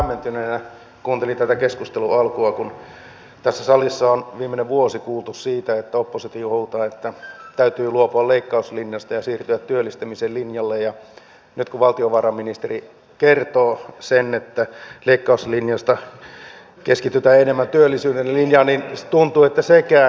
hiukan hämmentyneenä kuuntelin tätä keskustelun alkua kun tässä salissa on viimeinen vuosi kuultu siitä että oppositio huutaa että täytyy luopua leikkauslinjasta ja siirtyä työllistämisen linjalle ja nyt kun valtiovarainministeri kertoo sen että leikkauslinjasta keskitytään enemmän työllisyyden linjaan niin tuntuu että sekään ei käy